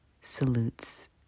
salutes